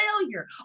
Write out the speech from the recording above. failure